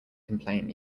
complain